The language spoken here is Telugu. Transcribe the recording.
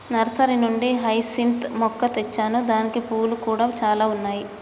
నర్సరీ నుండి హైసింత్ మొక్క తెచ్చాను దానికి పూలు కూడా చాల ఉన్నాయి